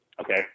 Okay